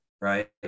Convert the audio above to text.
Right